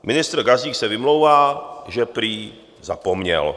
Ministr Gazdík se vymlouvá, že prý zapomněl.